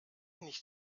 nicht